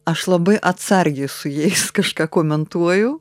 aš labai atsargiai su jais kažką komentuoju